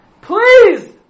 Please